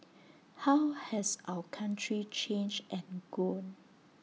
how has our country changed and grown